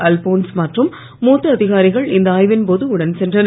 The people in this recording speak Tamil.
அல்போன்ஸ் மற்றும் மூத்த அதிகாரிகள் இந்த ஆய்வின்போது உடன் சென்றனர்